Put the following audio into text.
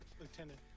Lieutenant